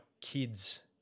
kids